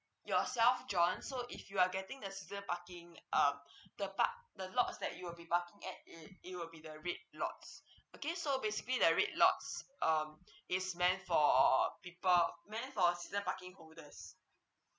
yourself john so if you are getting the season parking err the park the lots that you will be parking at it it will be the red lots okay so basically there red lots um it's meant for people meant for season parking holders